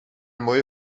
mooie